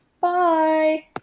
Bye